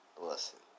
listen